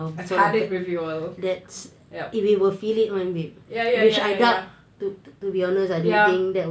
I've had it with you all yup ya ya ya ya ya ya